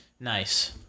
Nice